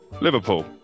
Liverpool